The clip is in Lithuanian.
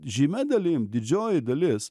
žymia dalim didžioji dalis